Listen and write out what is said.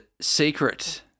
secret